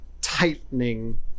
tightening